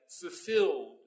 fulfilled